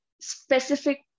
specific